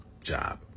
job